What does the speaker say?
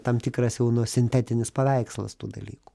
tam tikras jau nu sintetinis paveikslas tų dalykų